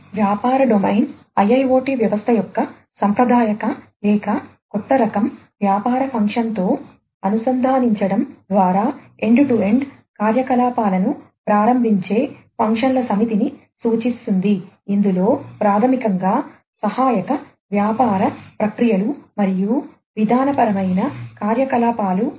వ్యాపార domain IIoT వ్యవస్థ యొక్క సాంప్రదాయిక లేదా కొత్త రకం వ్యాపార ఫంక్షన్తో అనుసంధానించడం ద్వారా ఎండ్ టు ఎండ్ కార్యకలాపాలను ప్రారంభించే ఫంక్షన్ల సమితిని సూచిస్తుంది ఇందులో ప్రాథమికంగా సహాయక వ్యాపార ప్రక్రియలు మరియు విధానపరమైన కార్యకలాపాలు ఉంటాయి